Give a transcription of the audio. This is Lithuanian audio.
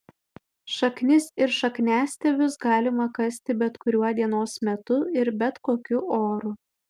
šaknis ir šakniastiebius galima kasti bet kuriuo dienos metu ir bet kokiu oru